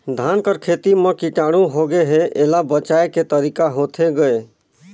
धान कर खेती म कीटाणु होगे हे एला बचाय के तरीका होथे गए?